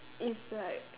if like